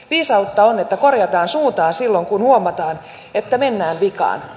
viisautta on että korjataan suuntaa silloin kun huomataan että mennään vikaan